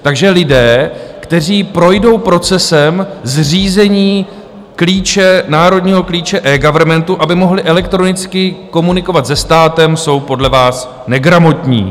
Takže lidé, kteří projdou procesem zřízení klíče, národního klíče eGovernmentu, aby mohli elektronicky komunikovat se státem, jsou podle vás negramotní.